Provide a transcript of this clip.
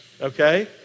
Okay